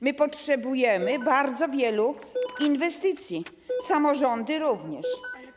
My potrzebujemy bardzo wielu inwestycji, samorządy również.